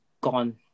gone